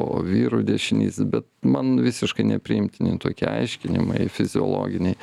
o vyrų dešinys bet man visiškai nepriimtini tokie aiškinimai fiziologiniai